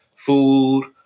Food